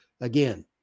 Again